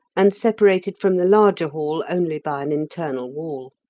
and separated from the larger hall only by an internal wall.